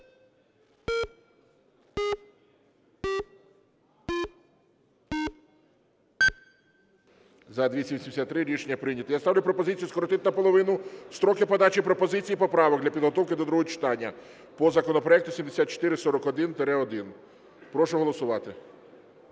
За-283 Рішення прийнято. Я ставлю пропозицію скоротити наполовину строки подачі пропозицій і поправок для підготовки до другого читання по законопроекту 7441-1. Прошу голосувати.